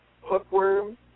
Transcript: hookworm